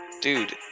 Dude